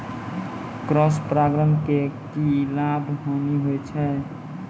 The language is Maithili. क्रॉस परागण के की लाभ, हानि होय छै?